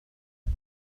ذلك